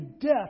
death